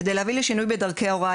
על מנת להביא לשינוי בדרכי ההוראה.